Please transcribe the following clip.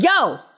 yo